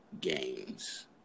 games